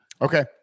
Okay